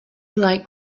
like